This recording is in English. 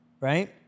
Right